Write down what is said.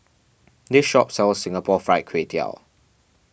this shop sells Singapore Fried Kway Tiao